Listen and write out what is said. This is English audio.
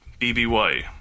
BBY